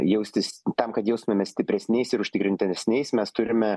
jaustis tam kad jaustumėmės stipresniais ir užtikrintesniais mes turime